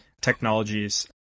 technologies